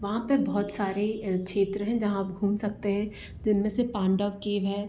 वहाँ पर बहुत सारे क्षेत्र हैं जहाँ आप घूम सकते हैं जिन में से पांडव केव है